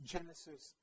Genesis